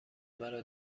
مرا